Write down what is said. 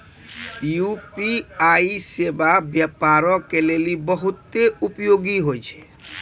UPI सेबा व्यापारो के लेली बहुते उपयोगी छै